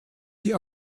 sie